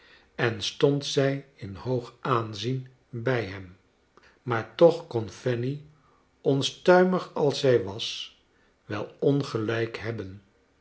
en stond zij in noog aanzien bij liem maa-r toch kon fanny onstuimig als zij was wel ongelijk hebben